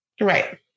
Right